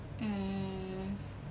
mm